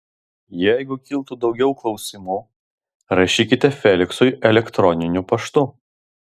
jeigu kiltų daugiau klausimų rašykite feliksui elektroniniu paštu